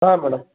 ಹಾಂ ಮೇಡಮ್